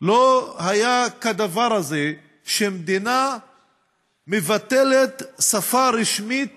לא היה כדבר הזה, שמדינה מבטלת שפה רשמית